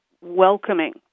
welcoming